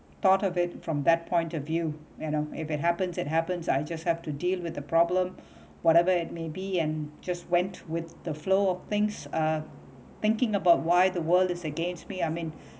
thought of it from that point of view you know if it happens it happens I just have to deal with the problem whatever it maybe and just went with the flow of things uh thinking about why the world is against me I mean